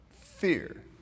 fear